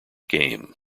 game